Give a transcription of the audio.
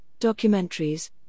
documentaries